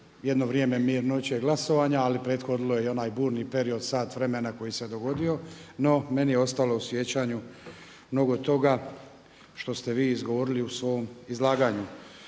jedno vrijeme mirnoće glasovanja, ali prethodilo je i onaj burni period sat vremena koji se dogodio. No meni je ostalo u sjećanju mnogo toga što ste vi izgovorili u svom izlaganju.